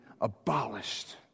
abolished